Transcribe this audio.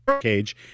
cage